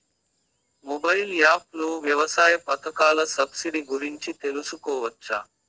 Mobile app లో వ్యవసాయ పథకాల సబ్సిడి గురించి తెలుసుకోవచ్చా?